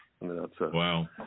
Wow